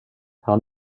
han